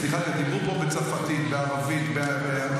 בסדר, אנחנו מתירים גם לדבר בערבית, בגלל